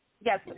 Yes